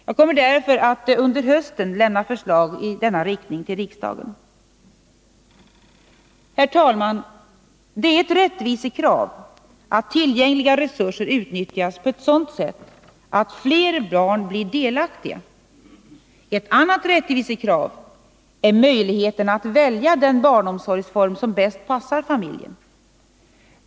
Jag kommer därför att under hösten lämna förslag i denna riktning till riksdagen. Herr talman! Det är ett rättvisekrav att tillgängliga resurser utnyttjas på ett sådant sätt att fler barn blir delaktiga. Ett annat rättvisekrav är möjligheten att välja den barnomsorgsform som bäst passar familjen.